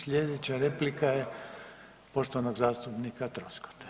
Sljedeća replika je poštovanog zastupnika Troskota.